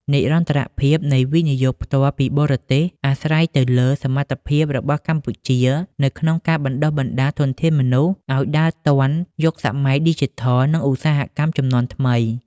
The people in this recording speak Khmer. និរន្តរភាពនៃ វិនិយោគផ្ទាល់ពីបរទេស អាស្រ័យទៅលើសមត្ថភាពរបស់កម្ពុជានៅក្នុងការបណ្ដុះបណ្ដាលធនធានមនុស្សឱ្យដើរទាន់ "យុគសម័យឌីជីថល" និងឧស្សាហកម្មជំនាន់ថ្មី។